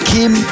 Kim